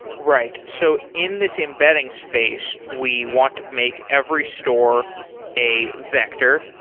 right. so in this embedding space, we want to make every store a vector,